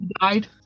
died